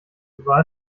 war